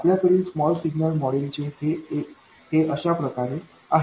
आपल्याकडील small signal मॉडेलमध्ये हे अशा प्रकारे आहे